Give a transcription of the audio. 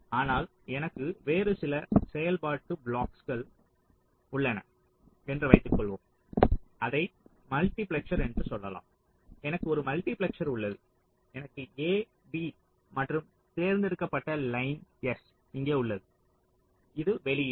ஆனால் எனக்கு வேறு சில செயல்பாட்டுத் ப்ளாக்ஸ்கள் உள்ளன என்று வைத்துக்கொள்வோம் அதை மல்டிபிளெக்சர் என்று சொல்லலாம் எனக்கு ஒரு மல்டிபிளெக்சர் உள்ளது எனக்கு A B மற்றும் தேர்ந்தெடுக்கப்பட்ட லைன் S இங்கே உள்ளது இது வெளியீடு